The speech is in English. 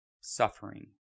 suffering